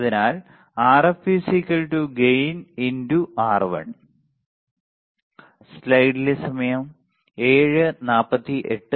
അതിനാൽ Rf gain R1